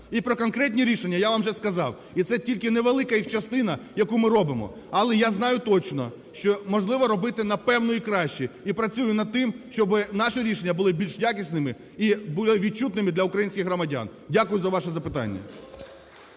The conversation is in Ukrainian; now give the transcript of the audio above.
І про конкретні рішення, я вам вже сказав, і це тільки невелика їх частина, яку ми робимо. Але я знаю точно, що можливо робити напевно і краще, і працюю над тим, щоби наші рішення були більш якісними, і були відчутними для українських громадян. Дякую за ваше запитання.